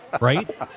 right